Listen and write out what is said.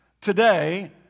today